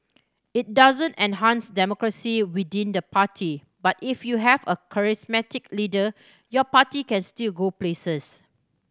it doesn't enhance democracy within the party but if you have a charismatic leader your party can still go places